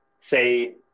say